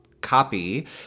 Copy